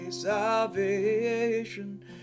salvation